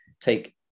take